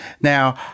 Now